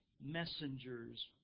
messengers